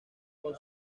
con